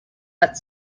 but